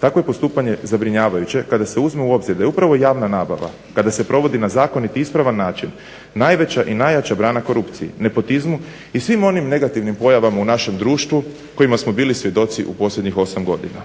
Takvo je postupanje zabrinjavajuće kada se uzme u obzir da je upravo javna nabava kada se provodi na zakonit i ispravan način najveća i najjača brana korupciji, nepotizmu i svim onim negativnim pojavama u našem društvu kojima smo bili svjedoci u posljednjih 8 godina.